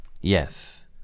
yes